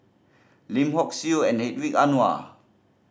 Lim Hock Siew and Ang Wei Anuar